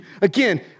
again